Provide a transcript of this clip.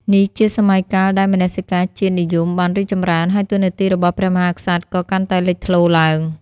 នេះជាសម័យកាលដែលមនសិការជាតិនិយមបានរីកចម្រើន ហើយតួនាទីរបស់ព្រះមហាក្សត្រក៏កាន់តែលេចធ្លោឡើង។